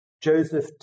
Joseph